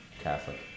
Catholic